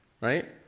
Right